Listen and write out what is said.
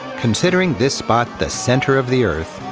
considering this spot the center of the earth,